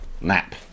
nap